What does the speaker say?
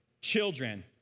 children